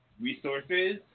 resources